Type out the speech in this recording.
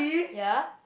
ya